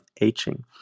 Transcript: aging